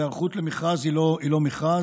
היערכות למכרז היא לא מכרז,